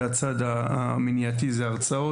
זה הצד המניעתי, זה הרצאות.